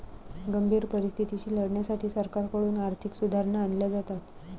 गंभीर परिस्थितीशी लढण्यासाठी सरकारकडून आर्थिक सुधारणा आणल्या जातात